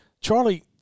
Charlie